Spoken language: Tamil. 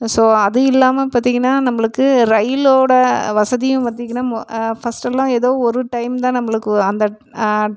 ஸோ அது இல்லாமல் பார்த்தீங்கனா நம்மளுக்கு ரயிலோடய வசதியும் பார்த்தீங்கனா மொ ஃபஸ்ட்டெல்லாம் ஏதோ ஒரு டைம் தான் நம்மளுக்கு அந்த